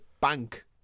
bank